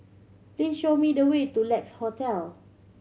please show me the way to Lex Hotel